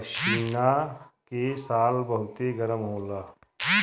पश्मीना के शाल बहुते गरम होला